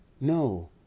no